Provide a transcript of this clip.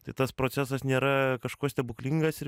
tai tas procesas nėra kažkuo stebuklingas ir